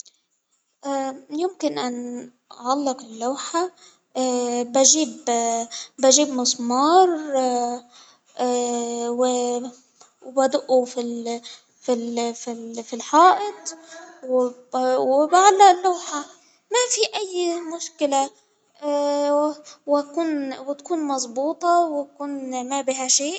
اه يمكن أن أعلق اللوحة بجيب بجيب مسمار بجيب مسمار وبادقه في الحائط و وبعلئ اللوحة، ما في أي مشكلة، وتكون مزبوطة وتكون ما بها شيء.